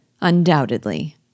Undoubtedly